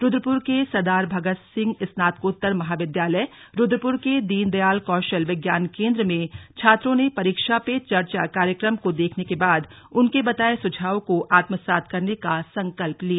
रुद्रपुर के सरदार भगत सिंह स्नातकोत्तर महाविद्यालय रुद्रपुर के दीनदयाल कौशल विज्ञान केंद्र में छात्रों ने परीक्षा पे चर्चा कार्यक्रम को देखने के बाद उनके बताए सुझाव को आत्मसात करने का संकल्प लिया